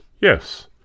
yes